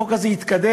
החוק הזה התקדם.